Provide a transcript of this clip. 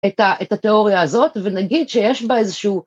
את התיאוריה הזאת ונגיד שיש בה איזשהו